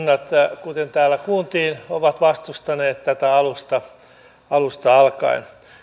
kunnat kuten täällä kuultiin ovat vastustaneet tätä alusta alkaen